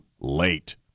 late